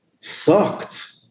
sucked